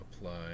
apply